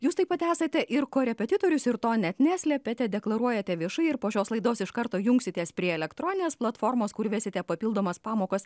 jūs taip pat esate ir korepetitorius ir to net neslepiate deklaruojate viešai ir po šios laidos iš karto jungsitės prie elektroninės platformos kur vesite papildomas pamokas